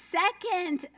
second